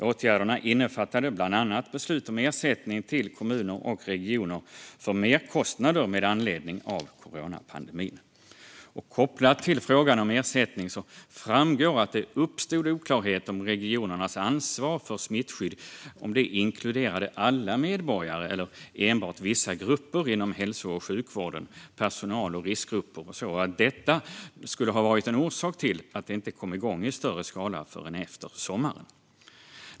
Åtgärderna innefattade bland annat beslut om ersättning till kommuner och regioner för merkostnader med anledning av coronapandemin. Kopplat till frågan om ersättning framgår att det uppstod oklarheter om regionernas ansvar för smittskydd - om det inkluderade alla medborgare eller enbart vissa grupper inom hälso och sjukvården, som personal och riskgrupper - och att detta skulle ha varit en orsak till att det inte kom igång i större skala förrän efter sommaren.